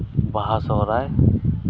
ᱵᱟᱦᱟ ᱥᱚᱦᱚᱨᱟᱭ